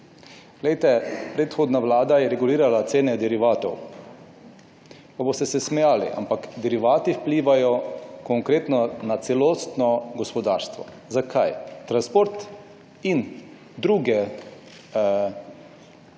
Poglejte, predhodna vlada je regulirala cene derivatov. Pa se boste smejali, ampak derivati vplivajo konkretno na celotno gospodarstvo. Zakaj? Transport in druge panoge